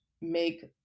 make